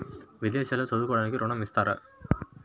విదేశాల్లో చదువుకోవడానికి ఋణం ఇస్తారా?